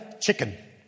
chicken